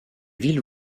villes